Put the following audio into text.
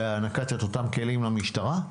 והענקת אותם כלים למשטרה.